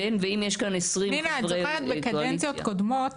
פנינה את זוכרת בקואליציות קודמות